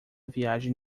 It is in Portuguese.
viagem